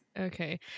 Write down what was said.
okay